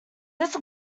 this